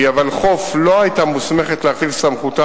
כי הוולחו"ף לא היתה מוסמכת להחיל סמכותה